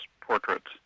portraits